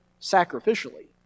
sacrificially